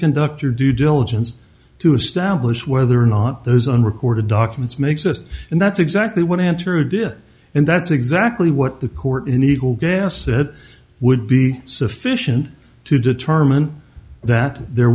conduct your due diligence to establish whether or not those unrecorded documents makes us and that's exactly what answer did and that's exactly what the court in eagle gas it would be sufficient to determine that there